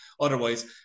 otherwise